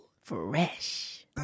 Fresh